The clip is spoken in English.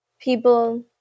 people